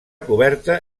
coberta